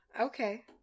okay